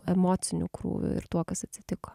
emociniu krūviu ir tuo kas atsitiko